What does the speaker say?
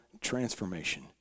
transformation